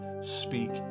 speak